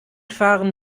fahren